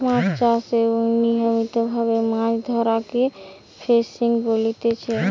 মাছ চাষ এবং নিয়মিত ভাবে মাছ ধরাকে ফিসিং বলতিচ্ছে